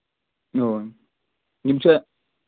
اۭں یِم چھِ